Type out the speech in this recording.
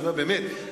באמת,